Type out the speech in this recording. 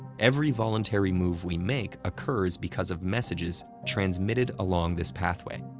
every voluntary move we make occurs because of messages transmitted along this pathway.